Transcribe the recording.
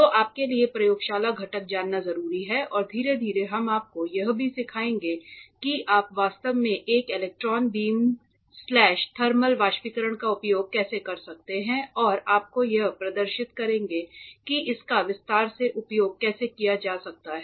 तो आपके लिए प्रयोगशाला घटक जानना जरूरी है और धीरे धीरे हम आपको यह भी सिखाएंगे कि आप वास्तव में एक इलेक्ट्रॉन बीम स्लैश थर्मल बाष्पीकरण का उपयोग कैसे कर सकते हैं और आपको यह प्रदर्शित करेंगे कि इसका विस्तार से उपयोग कैसे किया जा सकता है